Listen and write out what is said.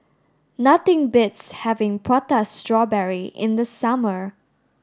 nothing beats having prata strawberry in the summer